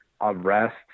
arrest